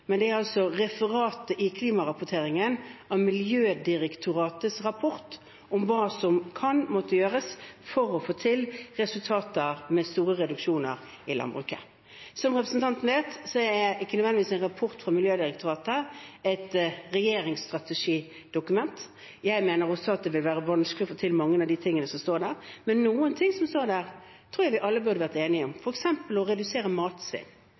Miljødirektoratets rapport om hva som kan måtte gjøres for å få til resultater med store reduksjoner i landbruket. Som representanten vet, er ikke en rapport fra Miljødirektoratet nødvendigvis et regjeringsstrategidokument. Jeg mener også det vil være vanskelig å få til mange av de tingene som står der. Men noe av det som står der, tror jeg vi alle bør være enige om, f.eks. å redusere matsvinn.